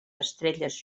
estrelles